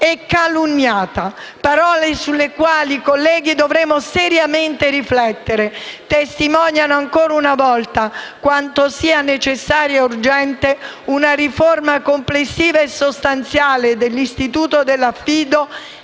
e calunniata». Parole sulle quali, colleghi, dovremo seriamente riflettere e che testimoniano ancora un volta quanto sia necessaria e urgente una riforma complessiva e sostanziale dell'istituto dell'affido